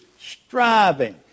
striving